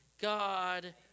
God